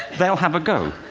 they'll have a go.